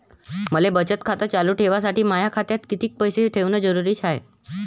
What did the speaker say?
मले बचत खातं चालू ठेवासाठी माया खात्यात कितीक पैसे ठेवण जरुरीच हाय?